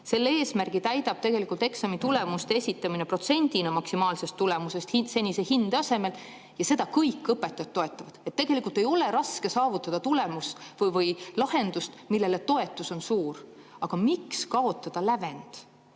Selle eesmärgi täidab tegelikult eksamitulemuste esitamine protsendina maksimaalsest tulemusest senise hinde asemel ja seda kõik õpetajad toetavad. Tegelikult ei ole raske saavutada tulemust või lahendust, mille toetus on suur. Aga miks kaotada lävend?